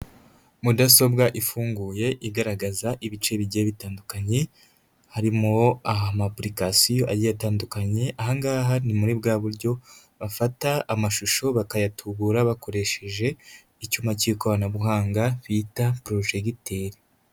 Mudasobwa ifunguye igaragaza ibice bigiye bitandukanye, harimo amapurikasiyo agiye atandukanye, aha ngaha ni muri bwa buryo bafata amashusho bakayatubura bakoresheje icyuma cy'ikoranabuhanga bita porojegiteri.